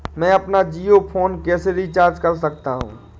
मैं अपना जियो फोन कैसे रिचार्ज कर सकता हूँ?